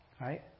Right